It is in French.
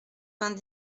vingt